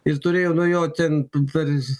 ir turėjo nuo jo ten per